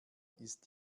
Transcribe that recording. ist